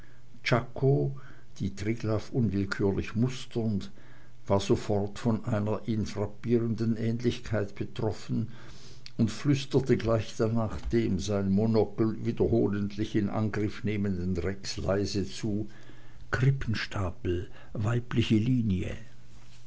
die triglaff unwillkürlich musternd war sofort von einer ihn frappierenden ähnlichkeit betroffen und flüsterte gleich danach dem sein monocle wiederholentlich in angriff nehmenden rex leise zu krippenstapel weibliche linie